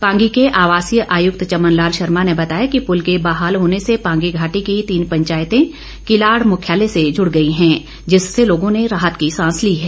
पांगी के आवासीय आयुक्त चमन लाल शर्मा ने बताया कि पुल के बहाल होने से पांगी घाटी की तीन पंचायतें किलाड़ मुख्यालय से जुड़ गई हैं जिससे लोगों ने राहत की सांस ली है